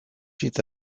ikusi